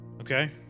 okay